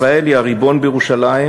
ישראל היא הריבון בירושלים,